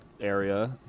area